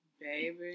baby